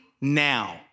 now